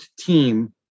team